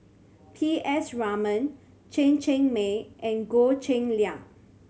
P S Raman Chen Cheng Mei and Goh Cheng Liang